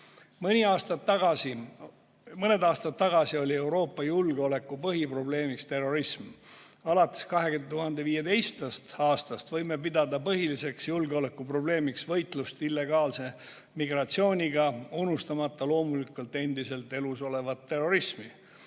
Mõned aastad tagasi oli Euroopa julgeoleku põhiprobleemiks terrorism. Alates 2015. aastast võime pidada põhiliseks julgeolekuprobleemiks võitlust illegaalse migratsiooniga, unustamata loomulikult endiselt elus olevat terrorismi.